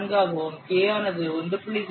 4 ஆகவும் k ஆனது 1